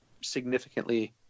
significantly